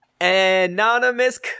Anonymous